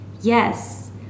Yes